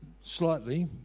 slightly